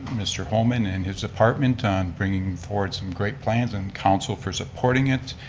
mr. holman and his apartment on bringing forward some great plans and council for supporting it,